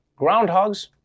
groundhogs